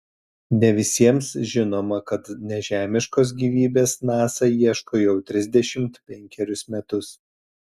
ne visiems žinoma kad nežemiškos gyvybės nasa ieško jau trisdešimt penkerius metus